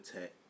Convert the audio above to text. Tech